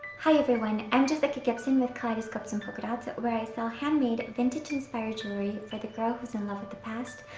hi everyone. i'm jessica gibson with kaleidoscopes and polka dots, where i sell handmade vintage-inspired jewelry for the girl was in love with the past,